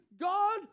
God